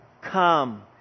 Come